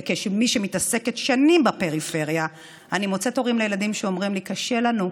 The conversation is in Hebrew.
כמי שמתעסקת שנים בפריפריה אני מוצאת הורים לילדים שאומרים לי: קשה לנו.